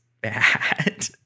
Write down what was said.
bad